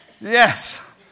Yes